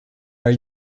are